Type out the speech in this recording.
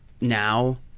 now